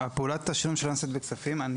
פעולת תשלום שלא נעשית בכספים,